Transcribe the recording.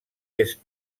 est